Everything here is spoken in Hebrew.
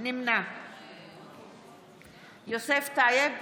נמנע יוסף טייב,